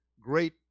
great